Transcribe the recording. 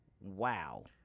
Wow